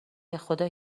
بخدا